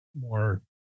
more